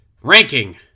Ranking